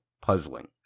puzzling